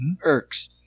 Irks